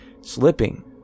slipping